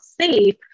safe